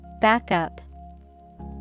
Backup